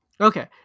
okay